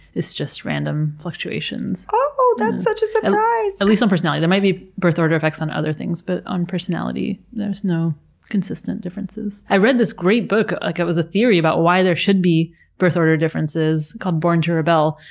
it's just random fluctuations. oooh! that's such a surprise! at least on personality. there might be birth order effects on other things. but on personality, there's no consistent differences. i read this great book. like it was a theory about why there should be birth order differences, called born to rebel.